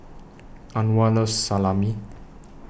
Anwar loves Salami